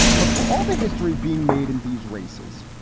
but for all the history being made in these races,